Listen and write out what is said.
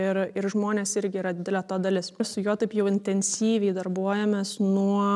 ir ir žmonės irgi yra didelė to dalis ir su juo taip jau intensyviai darbuojamės nuo